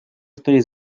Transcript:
стоит